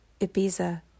Ibiza